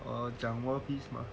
我讲 world peace 了